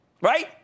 right